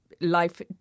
life